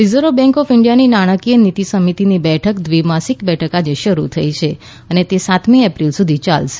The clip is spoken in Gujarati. રિઝર્વ બેંક ઓફ ઇન્ડિયાની નાણાકીય નીતિ સમિતિની બેઠક દ્વિ માસિક બેઠક આજે શરૂ થઈ છે અને તે સાતમી એપ્રિલ સુધી ચાલશે